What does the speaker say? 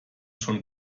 schon